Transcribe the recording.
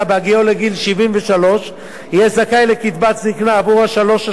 לגיל 73 יהיה זכאי לקצבת זיקנה עבור שלוש שנים,